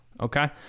okay